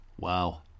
Wow